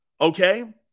okay